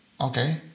Okay